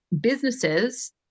businesses